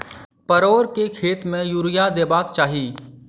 परोर केँ खेत मे यूरिया देबाक चही?